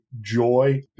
joy